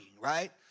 right